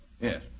Yes